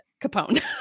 capone